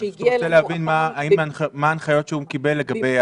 אני רוצה להבין מה ההנחיות שהוא קיבל לגבי